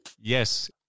Yes